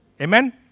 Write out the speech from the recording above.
Amen